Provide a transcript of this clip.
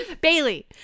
Bailey